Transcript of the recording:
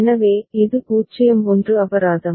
எனவே இது 0 1 அபராதம்